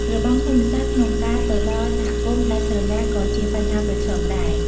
របាំងភូមិសាស្ត្រក្នុងការទៅដល់សហគមន៍ដាច់ស្រយាលក៏ជាបញ្ហាប្រឈមដែរ។